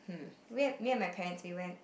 hmm me me and my parents we went